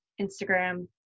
Instagram